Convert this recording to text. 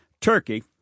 Turkey